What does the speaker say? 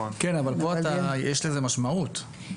כן, אבל פה יש לזה משמעות.